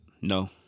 No